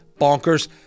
bonkers